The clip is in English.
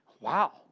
Wow